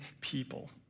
people